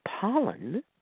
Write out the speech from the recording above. pollen